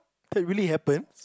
that really happened